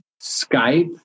Skype